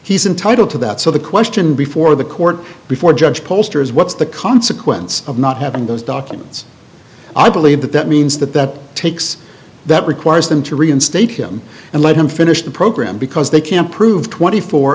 entitled to that so the question before the court before judge poster is what's the consequence of not having those documents i believe that that means that that takes that requires them to reinstate him and let him finish the program because they can't prove twenty four